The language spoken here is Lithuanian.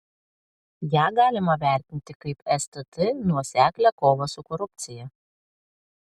ją galima vertinti kaip stt nuoseklią kovą su korupcija